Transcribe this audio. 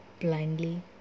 blindly